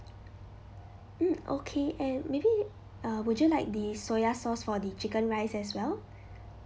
mm okay and maybe uh would you like the soya sauce for the chicken rice as well